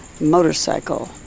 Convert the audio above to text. motorcycle